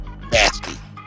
nasty